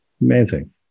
Amazing